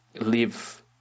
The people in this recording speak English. live